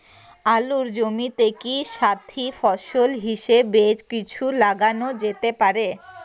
আলুর জমিতে কি সাথি ফসল হিসাবে কিছু লাগানো যেতে পারে?